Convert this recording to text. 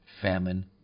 famine